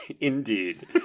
indeed